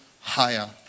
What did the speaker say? higher